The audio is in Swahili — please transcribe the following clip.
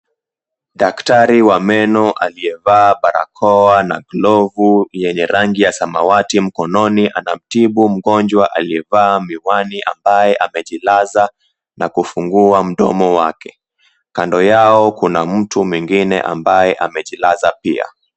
Daktari wa meno aliyevaa barakoa na glovu yenye rangi ya samawati mkononi anamtibu mgonjwa aliyevaa miwani ambaye amejilaza na kufungua mdomo wake. Kando yao kuna mtu mwengine ambaye amejilaza pia.